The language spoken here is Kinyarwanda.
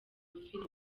filime